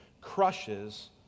crushes